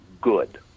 good